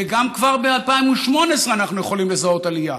וגם ב-2018 אנחנו כבר יכולים לזהות עלייה.